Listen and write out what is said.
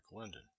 London